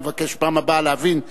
אני מבקש בפעם הבאה להבין,